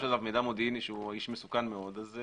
יש עליו מידע מודיעיני שהוא איש מסוכן מאוד?